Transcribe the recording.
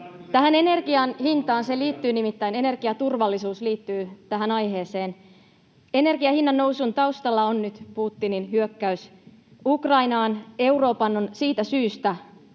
Tähän energian hintaan: Energiaturvallisuus nimittäin liittyy tähän aiheeseen. Energian hinnannousun taustalla on nyt Putinin hyökkäys Ukrainaan. Euroopan on siitäkin syystä